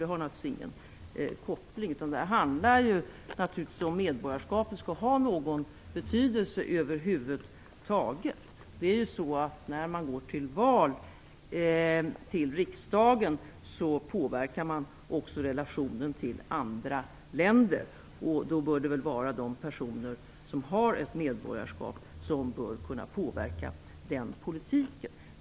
Det har alltså ingen koppling till rösträtten, utan det här handlar om ifall medborgarskapet skall ha någon betydelse över huvud taget. När man går till val till riksdagen påverkar man också landets relation till andra länder, och det bör väl vara de personer som har ett medborgarskap som skall kunna påverka den politiken.